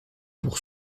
pour